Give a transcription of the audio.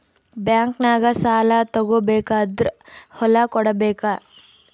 ಬ್ಯಾಂಕ್ನಾಗ ಸಾಲ ತಗೋ ಬೇಕಾದ್ರ್ ಹೊಲ ಕೊಡಬೇಕಾ?